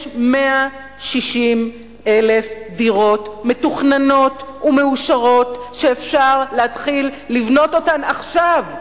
הרי יש 160,000 דירות מתוכננות ומאושרות שאפשר להתחיל לבנות אותן עכשיו.